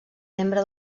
membre